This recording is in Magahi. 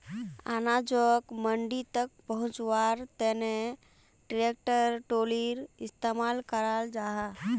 अनाजोक मंडी तक पहुन्च्वार तने ट्रेक्टर ट्रालिर इस्तेमाल कराल जाहा